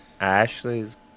Ashley's